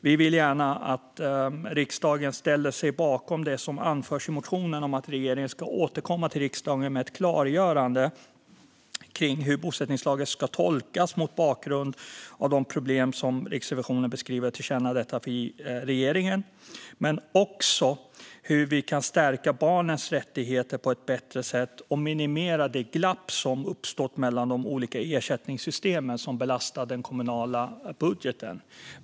Vi vill gärna att riksdagen ställer sig bakom vad som anförs i vår motion om att regeringen bör återkomma till riksdagen med ett klargörande av hur bosättningslagen ska tolkas mot bakgrund av de problem som uppmärksammas i granskningen. Vi vill att utskottet ska tillkännage detta för regeringen. Vi vill också stärka barnens rättigheter på ett bättre sätt och minimera det glapp som uppstått mellan de olika ersättningssystemen som belastar den kommunala budgeten.